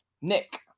Nick